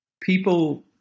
people